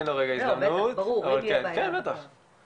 וכאן אפשר לראות שעד 26.9 היו כבר 19 מקרים